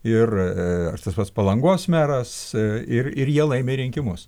ir tas pats palangos meras ir ir jie laimi rinkimus